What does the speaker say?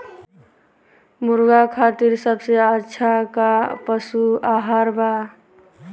मुर्गा खातिर सबसे अच्छा का पशु आहार बा?